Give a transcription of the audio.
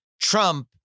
Trump